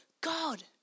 God